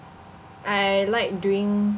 I like doing